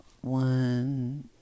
one